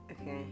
Okay